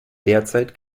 derzeit